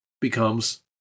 becomes